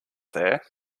there